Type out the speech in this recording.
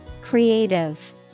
Creative